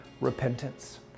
repentance